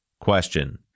Question